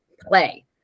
play